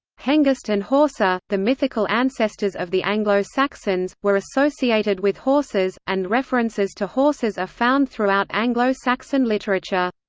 hengist and horsa, the mythical ancestors of the anglo-saxons, were associated with horses, and references to horses are found throughout anglo-saxon literature.